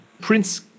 Prince